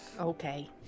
Okay